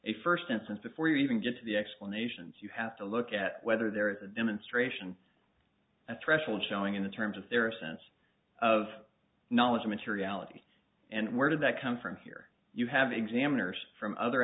a first instance before you even get to the explanations you have to look at whether there is a demonstration a threshold showing in the terms of their sense of knowledge materiality and where did that come from here you have examiners from other